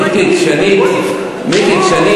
מיקי, כשאני